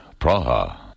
Praha